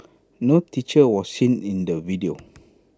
no teacher was seen in the video